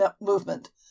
movement